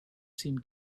seemed